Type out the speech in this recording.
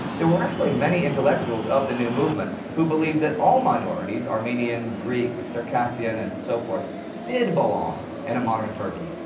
there were actually many intellectuals of the new movement who believed that all minorities, armenian, greek, circassian and so forth did belong in a modern turkey,